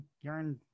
yarn